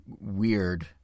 weird